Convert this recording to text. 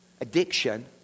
addiction